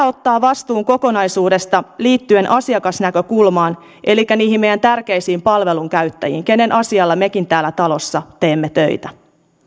ottaa vastuun kokonaisuudesta liittyen asiakasnäkökulmaan elikkä niihin meidän tärkeisiin palvelunkäyttäjiin joiden asialla mekin täällä talossa teemme töitä